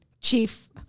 Chief